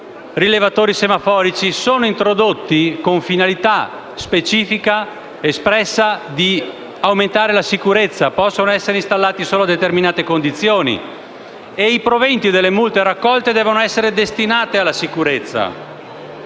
rilevatori semaforici vengono introdotti con la specifica ed espressa finalità di aumentare la sicurezza e possono essere installati solo a determinate condizioni. Inoltre, i proventi delle multe raccolte devono essere destinati alla sicurezza.